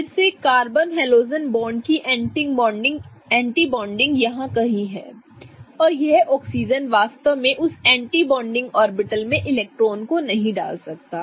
फिर से carbon halogen bond की एंटी बॉन्डिंग यहां कहीं है और यह ऑक्सीजन वास्तव में उस एंटी बॉन्डिंग ऑर्बिटल में इलेक्ट्रॉनों को नहीं डाल सकता